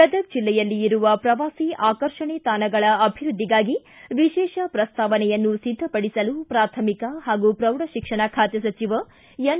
ಗದಗ ಜಿಲ್ಲೆಯಲ್ಲಿ ಇರುವ ಪ್ರವಾಸಿ ಆಕರ್ಷಣೆ ತಾಣಗಳ ಅಭಿವೃದ್ಧಿಗಾಗಿ ವಿಶೇಷ ಪ್ರಸ್ತಾವನೆಯನ್ನು ಸಿದ್ಧಪಡಿಸಲು ಪ್ರಾಥಮಿಕ ಹಾಗೂ ಪ್ರೌಢ ಶಿಕ್ಷಣ ಖಾತೆ ಸಚಿವ ಎನ್